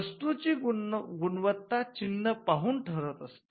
वस्तूची गुणवत्ता चिन्ह पाहून ठरत असते